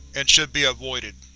and should be avoided.